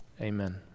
Amen